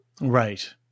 Right